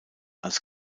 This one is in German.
als